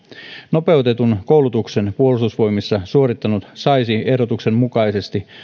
nopeutetun koulutuksen puolustusvoimissa suorittanut saisi ehdotuksen mukaisesti